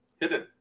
hidden